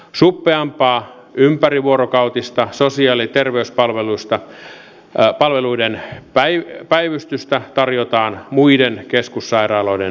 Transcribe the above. suppeampaa ympärivuorokautista sosiaali ja terveyspalveluiden päivystystä tarjotaan muiden keskussairaaloiden puitteissa